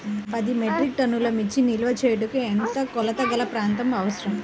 పది మెట్రిక్ టన్నుల మిర్చి నిల్వ చేయుటకు ఎంత కోలతగల ప్రాంతం అవసరం?